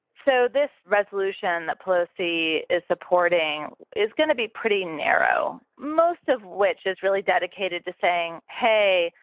so this resolution that pelosi is supporting is going to be pretty narrow, most of which is really dedicated to saying, hey,